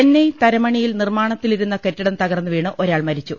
ചെന്നൈ തരമണിയിൽ നിർമ്മാണത്തിലിരുന്ന കെട്ടിടം തകർന്ന് വീണ് ഒരാൾ മരിച്ചു